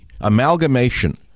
amalgamation